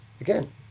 Again